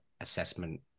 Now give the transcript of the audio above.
assessment